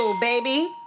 baby